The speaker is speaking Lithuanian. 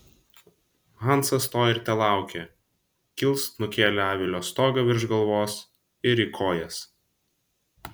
hansas to ir telaukė kilst nukėlė avilio stogą virš galvos ir į kojas